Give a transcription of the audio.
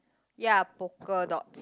ya polka dots